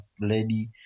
lady